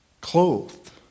clothed